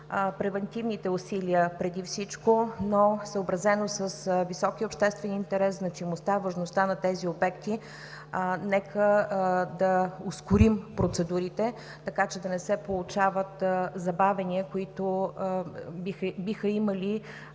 превантивните усилия, но съобразено с високия обществен интерес, значимостта, важността на тези обекти. Нека да ускорим процедурите, така че да не се получават забавяния, които биха имали